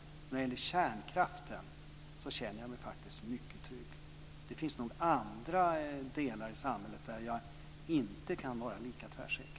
När det gäller kärnkraften känner jag mig faktiskt mycket trygg. Det finns nog andra delar i samhället där jag inte kan vara lika tvärsäker.